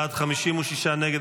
50 בעד, 56 נגד.